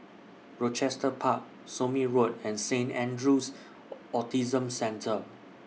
Rochester Park Somme Road and Saint Andrew's Autism Centre